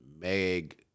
Meg